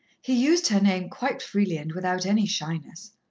he used her name quite freely and without any shyness.